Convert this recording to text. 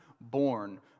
born